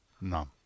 No